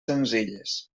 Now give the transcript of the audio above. senzilles